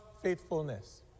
faithfulness